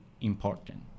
important